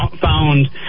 found